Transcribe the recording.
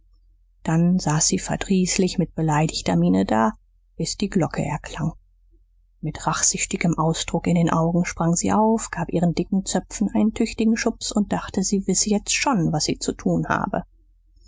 dann saß sie verdrießlich mit beleidigter miene da bis die glocke erklang mit rachsüchtigem ausdruck in den augen sprang sie auf gab ihren dicken zöpfen einen tüchtigen schubs und dachte sie wisse jetzt schon was sie zu tun habe